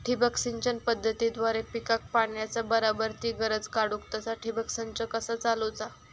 ठिबक सिंचन पद्धतीद्वारे पिकाक पाण्याचा बराबर ती गरज काडूक तसा ठिबक संच कसा चालवुचा?